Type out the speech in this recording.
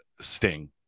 Sting